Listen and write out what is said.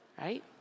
right